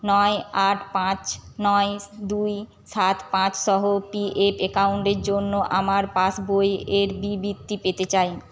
নয় আট পাঁচ নয় দুই সাত পাঁচ সহ পিএফ অ্যাকাউন্টের জন্য আমার পাসবই এর বিবৃতি পেতে চাই